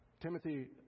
Timothy